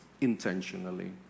intentionally